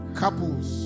couples